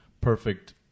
perfect